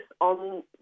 on